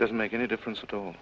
doesn't make any difference at all